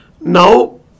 now